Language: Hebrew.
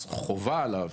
אז חובה עליו